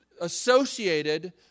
associated